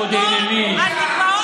גם מודיעין עילית,